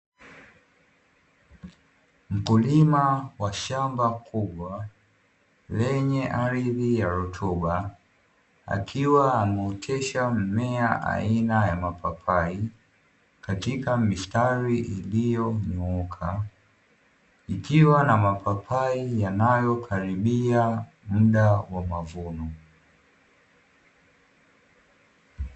Mkulima wa shamba kubwa lenye ardhi ya rutuba akiwa ameotesha mmea aina ya mapapai katika mistari iliyonyooka ikiwa na mapapai yanayokaribia muda wa mavuno.